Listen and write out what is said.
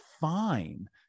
fine